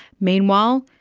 meanwhile,